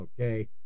Okay